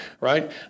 right